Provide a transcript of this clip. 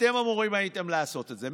אתם אמורים הייתם לעשות את זה.